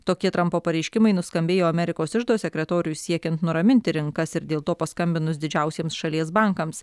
tokie trampo pareiškimai nuskambėjo amerikos iždo sekretoriui siekiant nuraminti rinkas ir dėl to paskambinus didžiausiems šalies bankams